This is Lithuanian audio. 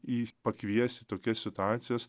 į pakvies tokias situacijas